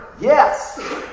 Yes